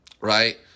Right